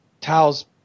Taos